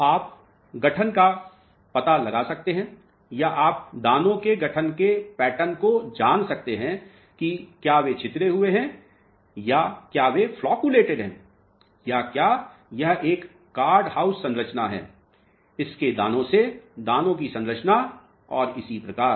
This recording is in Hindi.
तो आप गठन का पता लगा सकते हैं या आप दानों के गठन के पैटर्न को जान सकते हैं कि क्या वे छितरे हुए हैं या क्या वे flocculated हैं या क्या यह एक कार्ड हाउस संरचना है इसके दानों से दानों की संरचना और इसी प्रकार